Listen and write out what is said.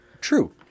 true